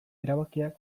erabakiak